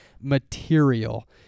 Material